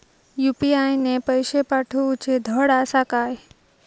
UPI ने पैशे पाठवूचे धड आसा काय?